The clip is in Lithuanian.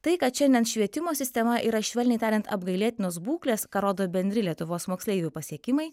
tai kad šiandien švietimo sistema yra švelniai tariant apgailėtinos būklės ką rodo bendri lietuvos moksleivių pasiekimai